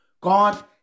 God